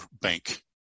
bank